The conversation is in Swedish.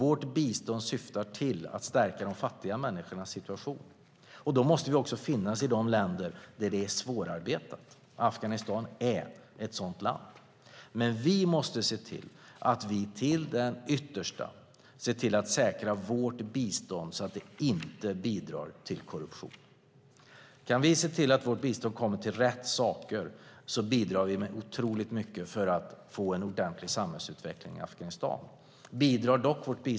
Vårt bistånd syftar till att stärka de fattiga människornas situation. Afghanistan är ett sådant land. Men vi måste se till att till det yttersta säkra vårt bistånd så att det inte bidrar till korruption.